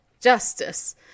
justice